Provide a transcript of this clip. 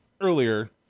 earlier